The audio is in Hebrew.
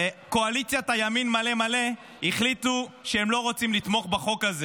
קואליציית הימין מלא מלא החליטו שהם לא רוצים לתמוך בחוק הזה.